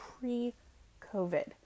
pre-COVID